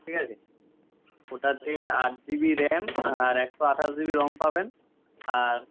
ঠিক আছে ওটাতে আট জিবি র্যাম আর একশো আঠাশ জিবি রম পাবেন আর